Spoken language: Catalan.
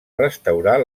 restaurar